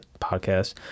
podcast